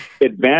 advance